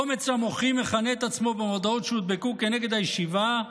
קומץ המוחים מכנה את עצמו במודעות שהודבקו נגד הישיבה: